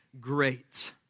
great